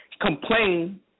complain